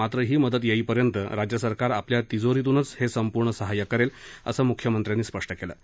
मात्र ही मदत येईपर्यंत राज्यसरकार आपल्या तिजोरीतूनच हे संपूर्ण सहाय्य करेल असं म्ख्यमंत्र्यांनी स्पष्ट केलं आहे